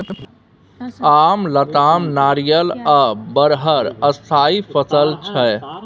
आम, लताम, नारियर आ बरहर स्थायी फसल छै